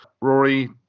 Rory